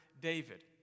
David